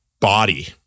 body